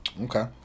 Okay